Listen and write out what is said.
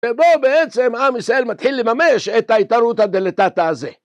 ובו בעצם עם ישראל מתחיל לממש את האתערותא דלתתא הזה